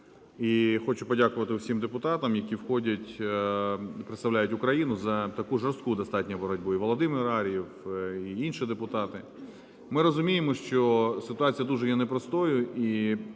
І хочу подякувати всім депутатам, які входять… представляють Україну, за таку жорстку достатньо боротьбу – і Володимир Ар'єв, і інші депутати. Ми розуміємо, що ситуація дуже є непростою,